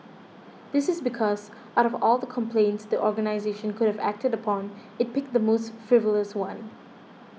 this is because out of all the complaints the organisation could have acted upon it picked the most frivolous one